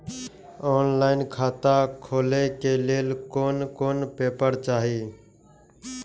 Online खाता खोले के लेल कोन कोन पेपर चाही?